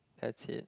that's it